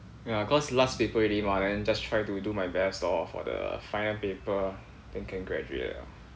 ya cause last paper already mah then just try to do my best orh for the final paper then can graduate liao